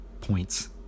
points